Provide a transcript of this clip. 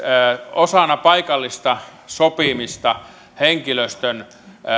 osana paikallista sopimista henkilöstön